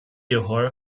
ieħor